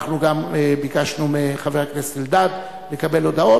אנחנו גם ביקשנו מחבר הכנסת אלדד לקבל הודעות.